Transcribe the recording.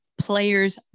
players